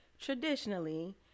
traditionally